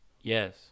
yes